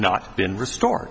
not been restored